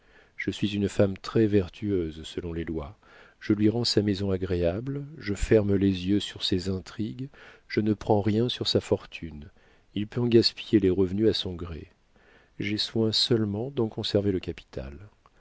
je suis une femme très vertueuse selon les lois je lui rends sa maison agréable je ferme les yeux sur ses intrigues je ne prends rien sur sa fortune il peut en gaspiller les revenus à son gré j'ai soin seulement d'en conserver le capital